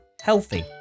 healthy